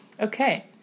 okay